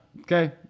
Okay